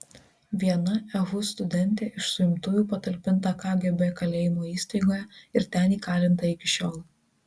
viena ehu studentė iš suimtųjų patalpinta kgb kalėjimo įstaigoje ir ten įkalinta iki šiol